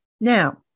Now